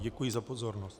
Děkuji za pozornost.